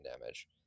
damage